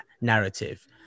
narrative